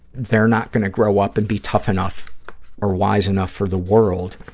they're not going to grow up and be tough enough or wise enough for the world,